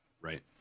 Right